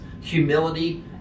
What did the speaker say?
humility